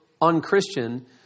Unchristian